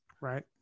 Right